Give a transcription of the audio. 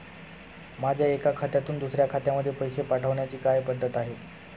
माझ्या एका खात्यातून दुसऱ्या खात्यामध्ये पैसे पाठवण्याची काय पद्धत आहे?